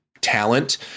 talent